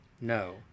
no